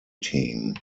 team